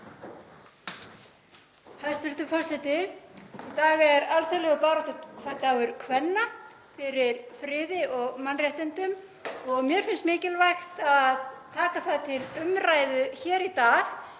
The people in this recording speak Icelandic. Hæstv. forseti. Í dag er alþjóðlegur baráttudagur kvenna fyrir friði og mannréttindum og mér finnst mikilvægt að taka það til umræðu hér í dag.